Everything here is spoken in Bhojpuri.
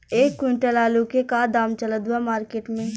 एक क्विंटल आलू के का दाम चलत बा मार्केट मे?